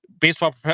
baseball